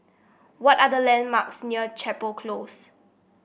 what are the landmarks near Chapel Close